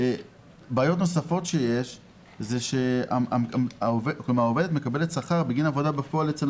בעיות נוספות שיש זה שהעובדת מקבלת שכר בגין עבודה בפועל אצל המטופל,